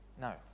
no